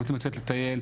רוצים לצאת לטייל.